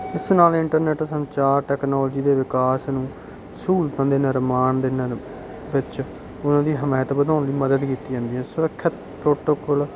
ਇਸ ਨਾਲ ਇੰਟਰਨੈੱਟ ਸੰਚਾਰ ਟੈਕਨੋਲਜੀ ਦੇ ਵਿਕਾਸ ਨੂੰ ਸਹੂਲਤਾਂ ਦੇ ਨਿਰਮਾਣ ਦੇ ਨਰ ਵਿੱਚ ਉਨ੍ਹਾਂ ਦੀ ਹਿਮਾਇਤ ਵਧਾਉਣ ਲਈ ਮਦਦ ਕੀਤੀ ਜਾਂਦੀ ਹੈ ਸੁਰੱਖਿਅਤ ਪ੍ਰੋਟੋਕੋਲ